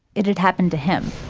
it had happened to him